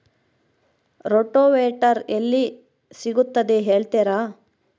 Rotavator ಎಲ್ಲಿ ಸಿಗುತ್ತದೆ ಹೇಳ್ತೇರಾ?